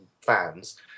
fans